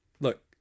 Look